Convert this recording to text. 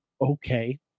okay